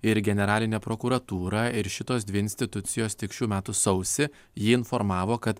ir į generalinę prokuratūrą ir šitos dvi institucijos tik šių metų sausį jį informavo kad